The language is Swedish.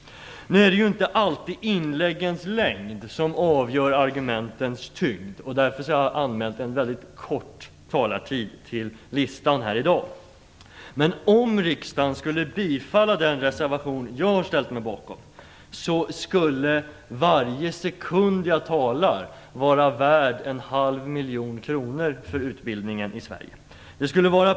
Det är inte alltid inläggens längd som avgör argumentens tyngd. Jag har därför anmält en mycket kort talartid till dagens talarlista. Om riksdagen skulle bifalla den reservation som jag har ställt mig bakom, skulle varje sekund jag talar vara värd en halv miljon kronor för utbildningen i Sverige.